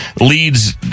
leads